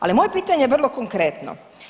Ali moje pitanje je vrlo konkretno.